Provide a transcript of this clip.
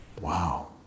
Wow